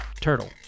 Turtle